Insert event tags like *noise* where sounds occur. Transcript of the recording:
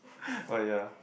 *laughs* but yeah